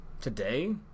Today